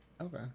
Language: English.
Okay